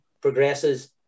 progresses